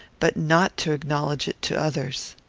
but not to acknowledge it to others.